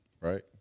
right